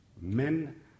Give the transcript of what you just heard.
Men